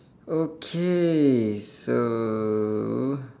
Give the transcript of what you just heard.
okay so